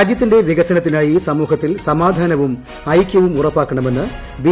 രാജ്യത്തിന്റെ വികസനൃത്തിനാ്യി സമൂഹത്തിൽ സമാധാനവും ഐക്യ്വുംഉറപ്പാക്കണമെന്ന് ബി